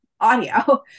audio